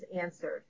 answered